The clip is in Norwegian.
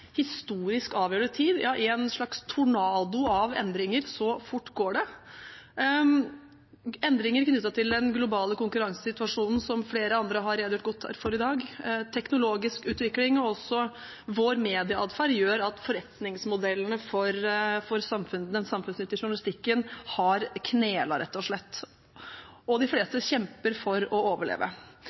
historisk avgjørende tid – ja, i en slags tornado av endringer, så fort går det. Endringer knyttet til den globale konkurransesituasjonen, som flere andre har redegjort godt for i dag, teknologisk utvikling og også vår medieatferd gjør at forretningsmodellene for den samfunnsnyttige journalistikken rett og slett har knelt, og de fleste kjemper for å overleve.